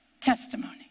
testimony